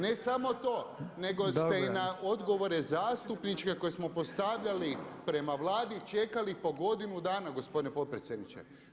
Ne samo to, nego ste i na odgovore zastupnika koje smo postavljali prema Vladi čekali po godinu dana gospodine potpredsjedniče.